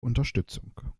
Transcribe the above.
unterstützung